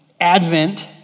Advent